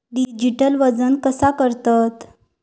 Digital वजन कसा करतत?